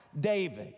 David